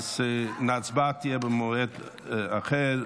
ההצבעה תהיה במועד אחר,